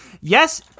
Yes